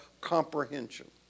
comprehension